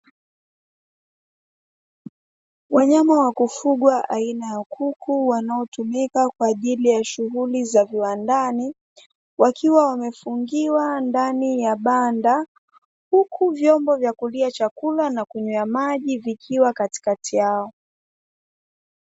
Wanyama wakufugwa aina ya kuku, wanaotumika kwa ajili ya shughuli za viwandani, wakiwa wamefungiwa ndani ya banda, huku vyombo vya kulia chakula na kunywea maji vikiwa katikati yao.